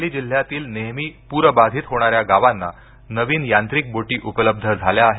सांगली जिल्ह्यातील नेहमी प्र बाधित होणाऱ्या गावांना नवीन यांत्रिक बोटी उपलब्ध झाल्या आहेत